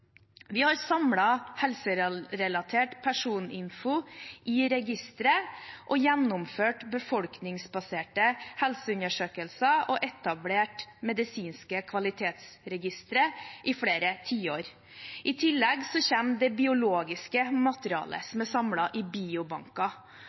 Vi har samlet helserelatert personinfo i registre, gjennomført befolkningsbaserte helseundersøkelser og etablert medisinske kvalitetsregistre i flere tiår. I tillegg kommer det biologiske materialet